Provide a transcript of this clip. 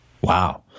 Wow